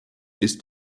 ist